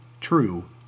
True